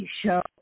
show